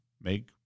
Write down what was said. make